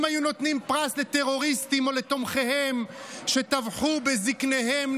היו נותנים פרס לטרוריסטים או לתומכיהם שטבחו בזקניהם,